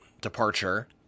departure